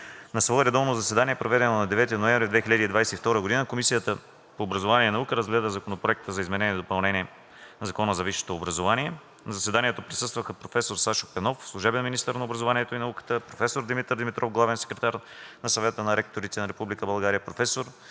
На свое редовно заседание, проведено на 9 ноември 2022 г., Комисията по образованието и науката разгледа Законопроекта за изменение и допълнение на Закона за висшето образование. На заседанието присъстваха професор Сашо Пенов – служебен министър на образованието и науката, професор Димитър Димитров – главен секретар на Съвета на ректорите в Република България, професор